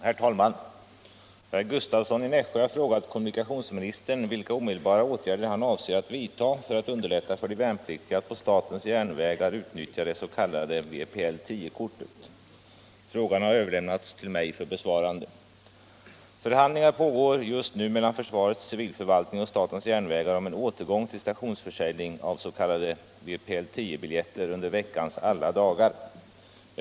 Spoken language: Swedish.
Herr talman! Herr Gustavsson i Nässjö har frågat kommunikationsministern vilka omedelbara åtgärder han avser att vidta för att underlätta för de värnpliktiga att på statens järnvägar utnyttja det s.k. vpl 10-kortet. Frågan har överlämnats till mig för att jag skall besvara den. Förhandlingar pågår just nu mellan försvarets civilförvaltning och statens järnvägar om en återgång till stationsförsäljning av s.k. vpl 10 biljetter under veckans alla dagar.